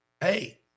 Hey